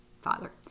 father